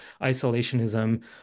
isolationism